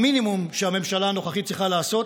המינימום שהממשלה הנוכחית צריכה לעשות